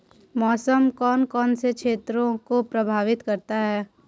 मौसम कौन कौन से क्षेत्रों को प्रभावित करता है?